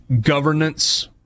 governance